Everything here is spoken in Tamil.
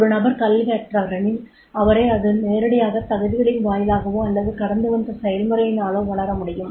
ஒரு நபர் கல்வி கற்றவரெனில் அவரை அது நேரடியாக தகுதிகளின் வாயிலாகவோ அல்லது கடந்துவந்த செயல்முறையினாலோ வளரத்தமுடியும்